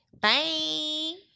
Bye